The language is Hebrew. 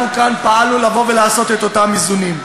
פעלנו כאן ועשינו את אותם איזונים.